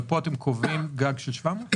אבל פה אתם קובעים גג של 700 מיליון שקל?